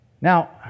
Now